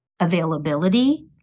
availability